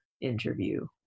interview